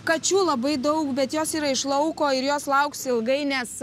kačių labai daug bet jos yra iš lauko ir jos lauks ilgai nes